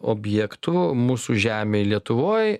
objektų mūsų žemėj lietuvoj